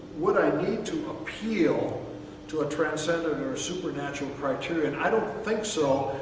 would i need to appeal to a transcendent or a supernatural criterion? i don't think so.